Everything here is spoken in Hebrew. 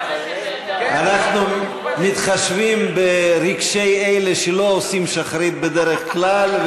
אנחנו מתחשבים ברגשי אלה שלא עושים שחרית בדרך כלל,